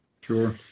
Sure